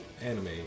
anime